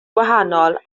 gwahanol